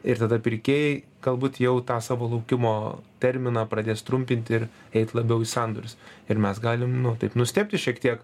ir tada pirkėjai galbūt jau tą savo laukimo terminą pradės trumpinti ir eit labiau į sandorius ir mes galim nu taip nustebti šiek tiek